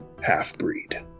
half-breed